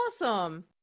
awesome